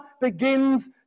begins